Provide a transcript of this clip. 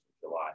July